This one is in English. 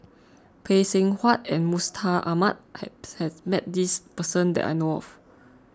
Phay Seng Whatt and Mustaq Ahmad has met this person that I know of